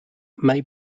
may